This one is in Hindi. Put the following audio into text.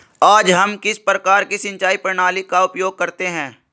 आज हम किस प्रकार की सिंचाई प्रणाली का उपयोग करते हैं?